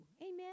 amen